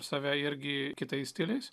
save irgi kitais stiliais